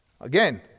Again